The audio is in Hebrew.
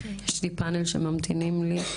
יש לי פאנל שממתינים לי.